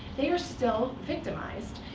they are still victimized.